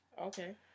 Okay